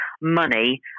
money